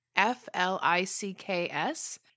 f-l-i-c-k-s